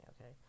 okay